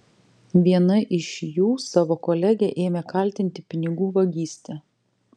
viena iš jų savo kolegę ėmė kaltinti pinigų vagyste